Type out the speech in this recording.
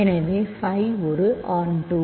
எனவே phi ஒரு ஆண்ட்டூ